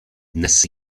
dnes